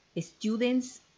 students